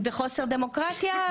בחוסר דמוקרטיה,